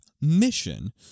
mission